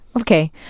Okay